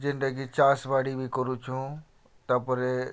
ଯେନ୍ତାକି ଚାଷବାଡ଼ି ବି କରୁଛୁଁ ତା'ପରେ